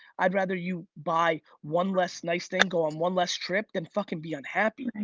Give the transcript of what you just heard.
i'd rather you buy one less nice thing, go on one less trip than fucking be unhappy. and